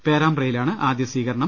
പേരാമ്പ്രയിലാണ് ആദ്യ സ്വീകരണം